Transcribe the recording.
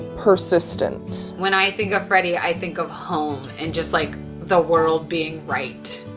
persistent. when i think of freddie, i think of home and just like the world being right.